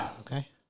Okay